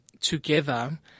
together